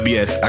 Yes